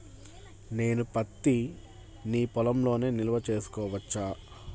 నేను పత్తి నీ పొలంలోనే నిల్వ చేసుకోవచ్చా?